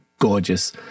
gorgeous